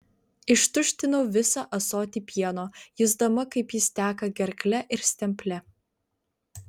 ištuštinau visą ąsotį pieno jusdama kaip jis teka gerkle ir stemple